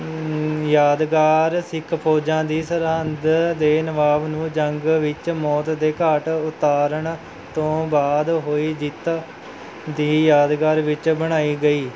ਯਾਦਗਾਰ ਸਿੱਖ ਫੌਜਾਂ ਦੀ ਸਰਹੰਦ ਦੇ ਨਵਾਬ ਨੂੰ ਜੰਗ ਵਿੱਚ ਮੌਤ ਦੇ ਘਾਟ ਉਤਾਰਨ ਤੋਂ ਬਾਅਦ ਹੋਈ ਜਿੱਤ ਦੀ ਯਾਦਗਾਰ ਵਿੱਚ ਬਣਾਈ ਗਈ